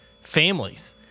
families